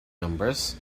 numbers